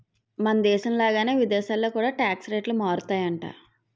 మనదేశం లాగానే విదేశాల్లో కూడా టాక్స్ రేట్లు మారుతుంటాయట